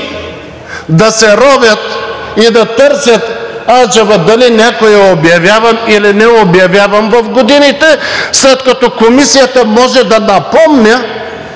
да се ровят и да търсят аджеба дали някой е обявяван, или не е обявяван в годините, след като Комисията може да напомня